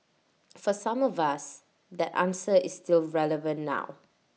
for some of us that answer is still relevant now